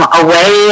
away